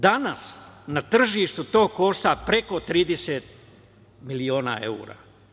Danas na tržištu to košta preko 30 miliona evra.